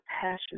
Passion